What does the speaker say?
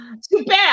Super